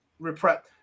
Reprep